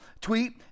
tweet